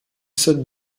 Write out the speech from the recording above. said